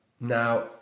Now